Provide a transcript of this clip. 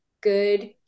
good